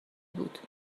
بود